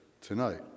tonight